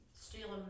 stealing